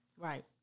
Right